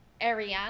Ariana